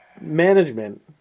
management